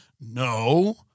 no